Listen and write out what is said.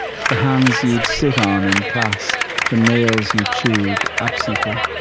the hands you'd sit on in class the nails you chewed absently.